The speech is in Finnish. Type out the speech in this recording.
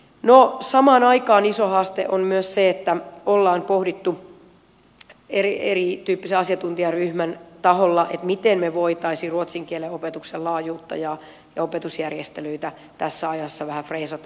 no samaan aikaan iso haaste on myös se mitä ollaan pohdittu erityyppisen asiantuntijaryhmän taholla miten me voisimme ruotsin kielen opetuksen laajuutta ja opetusjärjestelyitä tässä ajassa vähän freesata